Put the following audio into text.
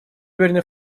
уверены